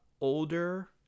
older